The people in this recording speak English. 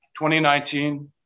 2019